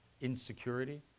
insecurity